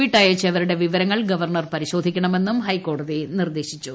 വിട്ടയച്ചവരുടെ വിവരങ്ങൾ ഗവർണ്ണർ പരിശോധിക്കണമെന്നും ഹൈക്കോടതി നിർദേശിച്ചു